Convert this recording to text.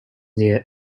near